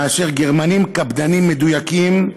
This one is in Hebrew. מאשר גרמנים קפדנים, מדויקים,